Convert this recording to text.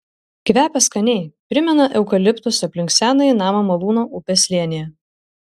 kvepia skaniai primena eukaliptus aplink senąjį namą malūno upės slėnyje